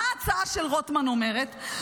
מה ההצעה של רוטמן אומרת?